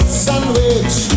sandwich